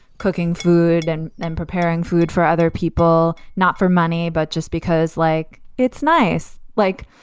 cooking food and then preparing food for other people, not for money, but just because, like, it's nice. like,